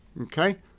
Okay